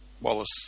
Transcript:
Wallace